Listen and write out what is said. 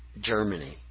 Germany